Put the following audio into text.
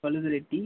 Valudhareddi